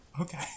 Okay